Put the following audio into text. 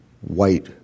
white